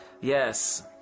Yes